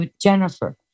Jennifer